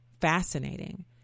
fascinating